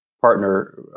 partner